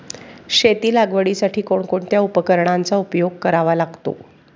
शेती लागवडीसाठी कोणकोणत्या उपकरणांचा उपयोग करावा लागतो?